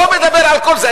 לא מדבר על כל זה.